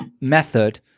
method